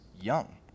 young